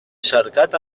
cercat